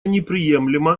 неприемлемо